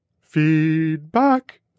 Feedback